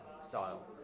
style